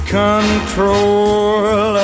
control